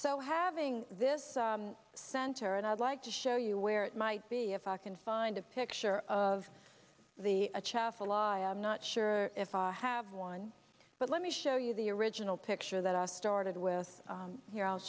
so having this center and i'd like to show you where it might be if i can find a picture of the chaff a lie i'm not sure if i have one but let me show you the original picture that i started with here i'll